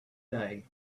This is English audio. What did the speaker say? day